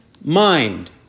mind